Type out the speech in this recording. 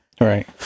right